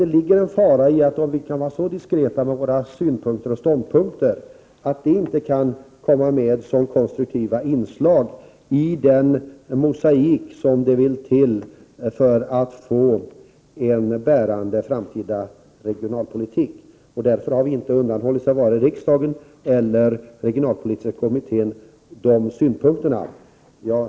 Det ligger en fara i om vi skall vara så diskreta med våra synpunkter och ståndpunkter att de inte kan komma med som konstruktiva inslag i den mosaik som vill till för att vi skall få en bärande framtida regionalpolitik. Därför har vi inte heller undanhållit vare sig riksdagen eller regionalpolitiska kommittén de synpunkterna.